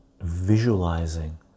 visualizing